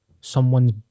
someone's